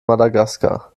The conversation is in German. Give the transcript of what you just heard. madagaskar